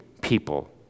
people